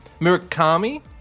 Murakami